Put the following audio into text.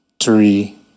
three